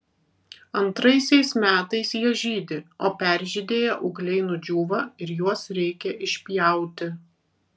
antraisiais metais jie žydi o peržydėję ūgliai nudžiūva ir juos reikia išpjauti